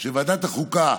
שוועדת החוקה,